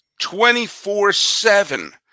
24-7